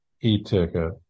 e-ticket